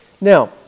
Now